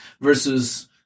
versus